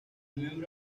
miembro